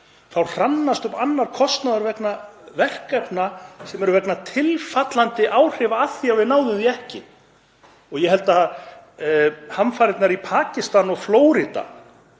hrannast upp annar kostnaður vegna verkefna sem eru vegna tilfallandi áhrifa af því að við náðum þeim ekki. Ég held að hamfarirnar í Pakistan og á Flórída